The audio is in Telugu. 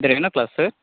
ఇద్దరు ఎన్నో క్లాస్ సార్